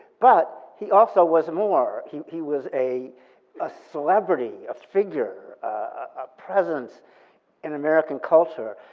but he also was more. he he was a a celebrity, a figure, a presence in american culture,